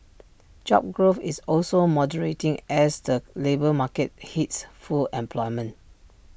job growth is also moderating as the labour market hits full employment